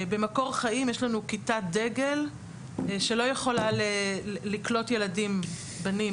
במקור חיים יש לנו כיתת דגל שלא יכולה לקלוט ילדים בנים,